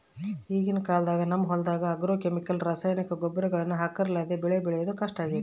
ಈಗಿನ ಕಾಲದಾಗ ನಮ್ಮ ಹೊಲದಗ ಆಗ್ರೋಕೆಮಿಕಲ್ಸ್ ನ ರಾಸಾಯನಿಕ ಗೊಬ್ಬರಗಳನ್ನ ಹಾಕರ್ಲಾದೆ ಬೆಳೆ ಬೆಳೆದು ಕಷ್ಟಾಗೆತೆ